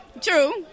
True